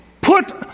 put